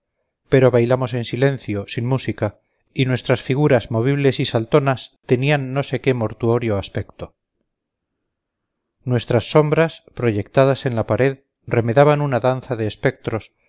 pero bailamos en silencio sin música y nuestras figuras movibles y saltonas tenían no sé qué mortuorio aspecto nuestras sombras proyectadas en la pared remedaban una danza de espectros